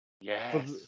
Yes